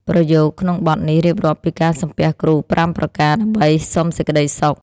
ប្រយោគក្នុងបទនេះរៀបរាប់ពីការសំពះគ្រូ ៥ ប្រការ ដើម្បីសុំសេចក្ដីសុខ។